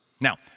Now